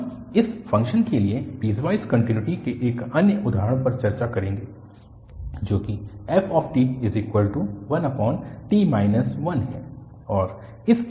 हम इस फ़ंक्शन के लिए पीसवाइस कन्टिन्युटी के एक अन्य उदाहरण पर चर्चा करेंगे जो कि ft1t 1 है